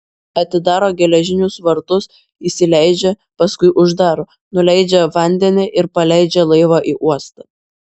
atidaro geležinius vartus įsileidžia paskui uždaro nuleidžia vandenį ir paleidžia laivą į uostą